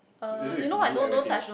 later we delete everything